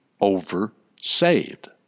over-saved